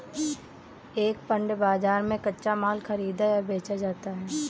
एक पण्य बाजार में कच्चा माल खरीदा या बेचा जाता है